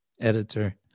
editor